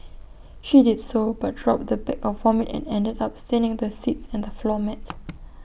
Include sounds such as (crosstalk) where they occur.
she did so but dropped the bag of vomit and ended up staining the seats and the floor mat (noise)